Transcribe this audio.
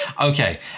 Okay